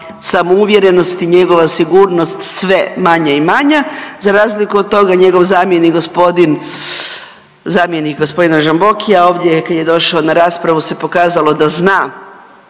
samouvjerenost i njegova sigurnost sve manja i manja. Za razliku od toga njegov zamjenik gospodin, zamjenik gospodina Žambokija ovdje je kad je došao na raspravu se pokazalo da zna